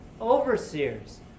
overseers